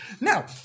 Now